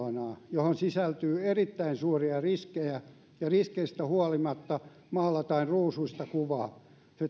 johon sisältyy erittäin suuria riskejä riskeistä huolimatta maalataan ruusuista kuvaa se tuottaa yli kaksisataa miljoonaa euroa verotuloja